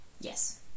yes